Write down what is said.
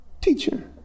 Teacher